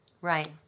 right